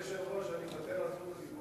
אדוני היושב-ראש, אני מוותר על זכות הדיבור.